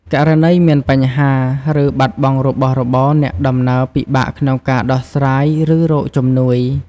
ករណីមានបញ្ហាឬបាត់បង់របស់របរ អ្នកដំណើរពិបាកក្នុងការដោះស្រាយឬរកជំនួយ។